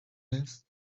this